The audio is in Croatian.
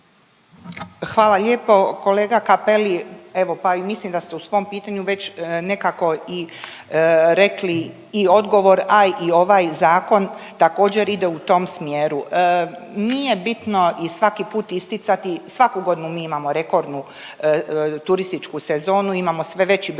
Hvala lijepo. Kolega Cappelli pa i mislim da ste u svom pitanju već nekako i rekli i odgovor, a i ovaj zakon također ide u tom smjeru. Nije bitno i svaki put isticati svaku godinu mi imamo rekordnu turističku sezonu, imamo sve veći broj